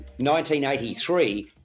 1983